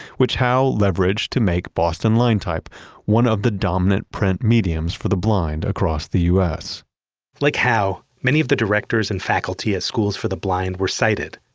which howe leveraged to make boston line type one of the dominant print mediums for the blind across the u s like howe, many of the directors and faculty at schools for the blind were sighted.